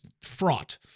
fraught